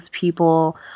people